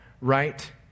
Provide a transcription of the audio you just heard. right